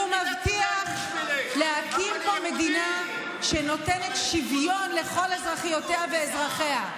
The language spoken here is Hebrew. ומבטיח להקים פה מדינה שנותנת שוויון לכל אזרחיותיה ואזרחיה.